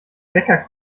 wecker